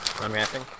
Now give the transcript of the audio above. Unwrapping